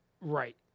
Right